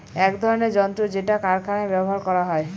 এক ধরনের যন্ত্র যেটা কারখানায় ব্যবহার করা হয়